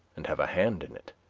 and have a hand in it,